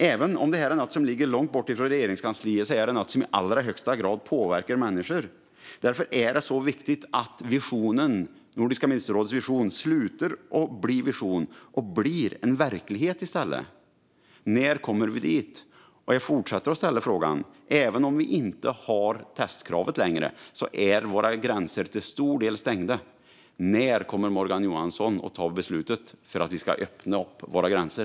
Även om detta är något som ligger långt bort från Regeringskansliet är det något som i allra högsta grad påverkar människor. Därför är det mycket viktigt att Nordiska ministerrådets vision slutar att vara en vision och i stället blir en verklighet. När kommer vi dit? Även om vi inte längre har testkravet är våra gränser till stor del stängda. Jag fortsätter att ställa frågan: När kommer Morgan Johansson att ta beslut om att vi ska öppna våra gränser?